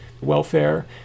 welfare